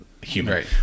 human